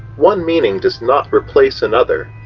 one meaning does not replace another,